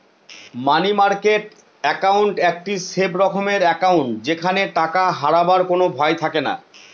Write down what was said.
মানি market account একটি safe রকমের account যেখানে টাকা হারাবার কোনো ভয় থাকেনা